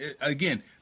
Again